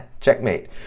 checkmate